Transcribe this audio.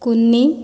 କୁନି